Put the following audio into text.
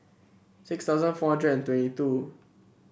six thousand four hundred and twenty two